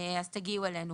אז תגיעו אלינו.